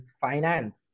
finance